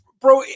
bro